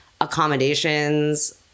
accommodations